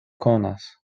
konas